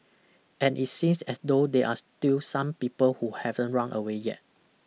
and it seems as though there are still some people who haven't run away yet